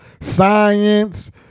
science